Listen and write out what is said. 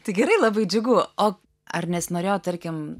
tai gerai labai džiugu o ar nesinorėjo tarkim